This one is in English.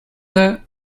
that